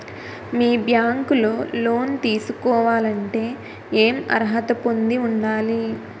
మీ bank లో loan తీసుకోవాలంటే ఎం అర్హత పొంది ఉండాలి?